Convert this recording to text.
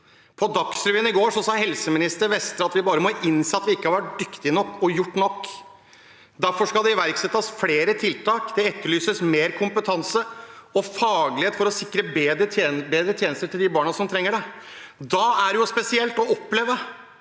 På Dagsrevyen i går sa helseminister Vestre at vi bare må innse at vi ikke har vært dyktige nok og gjort nok. Derfor skal det iverksettes flere tiltak. Det etterlyses mer kompetanse og faglighet for å sikre bedre tjenester til de barna som trenger det. Da er det spesielt å oppleve